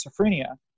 schizophrenia